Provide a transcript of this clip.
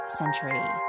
century